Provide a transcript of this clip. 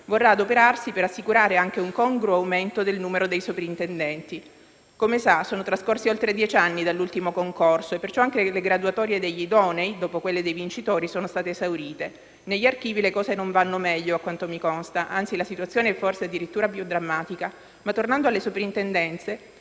vorrà adoperarsi per assicurare anche un congruo aumento del numero dei soprintendenti. Come sa, sono trascorsi oltre dieci anni dall'ultimo concorso, perciò anche le graduatorie degli idonei (dopo quelle dei vincitori) sono state esaurite. Negli archivi le cose non vanno meglio, a quanto mi consta, anzi la situazione è forse addirittura più drammatica. Tuttavia, tornando alle Soprintendenze,